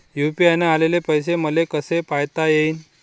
UPI न आलेले पैसे मले कसे पायता येईन?